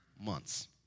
months